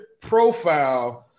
profile